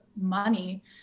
money